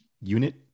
Unit